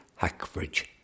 Hackbridge